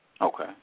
Okay